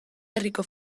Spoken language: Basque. herriko